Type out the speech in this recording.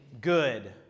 good